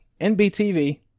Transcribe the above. NBTV